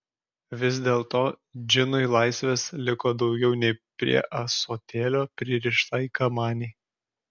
vis dėlto džinui laisvės liko daugiau nei prie ąsotėlio pririštai kamanei